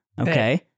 Okay